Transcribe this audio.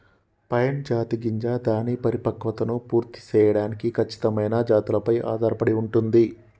pine జాతి గింజ దాని పరిపక్వతను పూర్తి సేయడానికి ఖచ్చితమైన జాతులపై ఆధారపడి ఉంటుంది